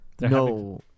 No